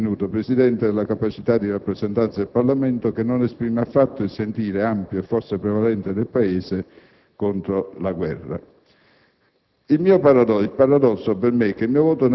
come non si coglie la riduzione forzosa della capacità di rappresentanza del Parlamento, che non esprime affatto il sentire ampio e forse prevalente del Paese contro la guerra